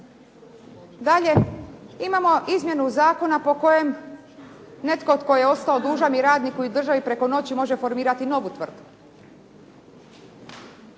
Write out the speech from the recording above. Dalje imamo izmjenu zakona po kojem netko tko je ostao dužan i radniku i državi preko noći može formirati novu tvrtku.